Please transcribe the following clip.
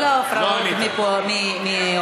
כל ההפרעות מהאופוזיציה,